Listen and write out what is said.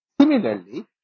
Similarly